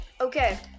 Okay